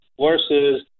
versus